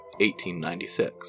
1896